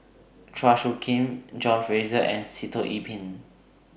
Chua Soo Khim John Fraser and Sitoh Yih Pin